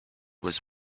was